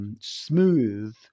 smooth